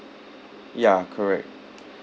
ya correct